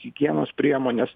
higienos priemones